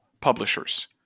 publishers